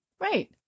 Right